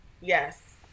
Yes